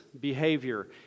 behavior